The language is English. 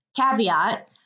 Caveat